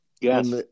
Yes